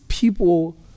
People